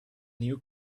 new